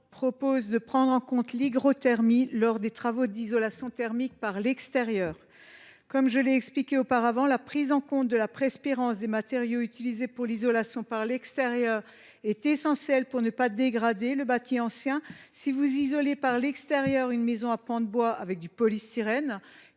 propose de prendre en compte l’hygrothermie lors des travaux d’isolation thermique par l’extérieur. Comme je l’ai déjà expliqué, la prise en considération de la perspirance des matériaux utilisés pour l’isolation par l’extérieur est essentielle pour ne pas dégrader le bâti ancien. Si vous isolez par l’extérieur une maison à pans de bois avec du polystyrène,